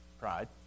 pride